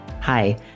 Hi